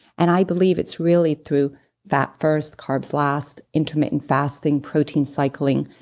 and i believe it's really through fat first, carbs last, intermittent fasting, protein cycling,